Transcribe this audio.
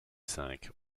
cinq